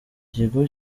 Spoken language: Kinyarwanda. kigo